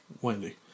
Wendy